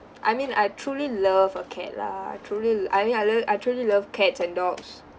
I mean I truly love a cat lah truly l~ I mean I love I truly love cats and dogs